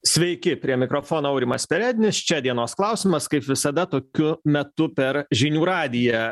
sveiki prie mikrofono aurimas perednis čia dienos klausimas kaip visada tokiu metu per žinių radiją